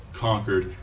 conquered